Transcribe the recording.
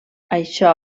això